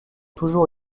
toujours